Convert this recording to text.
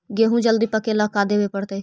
गेहूं जल्दी पके ल का देबे पड़तै?